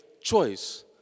choice